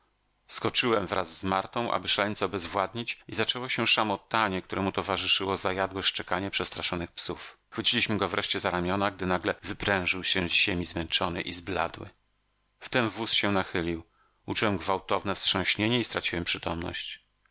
skoczyłem wraz z martą aby szaleńca obezwładnić i zaczęło się szamotanie któremu towarzyszyło zajadłe szczekanie przestraszonych psów chwyciliśmy go wreszcie za ramiona gdy nagle wyprężył się z ziemi zmęczony i zbladły wtem wóz się nachylił uczułem gwałtowne wstrząśnienie i straciłem przytomność